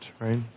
Right